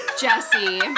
Jesse